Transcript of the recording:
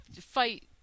fight